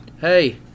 Hey